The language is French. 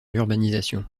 l’urbanisation